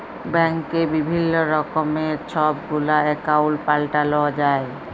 ব্যাংকে বিভিল্ল্য রকমের ছব গুলা একাউল্ট পাল্টাল যায়